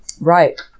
Right